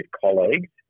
colleagues